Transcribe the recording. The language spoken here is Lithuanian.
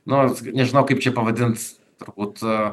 nors nežinau kaip čia pavadint turbūt